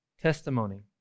testimony